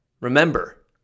Remember